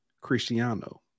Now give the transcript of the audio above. Cristiano